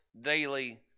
daily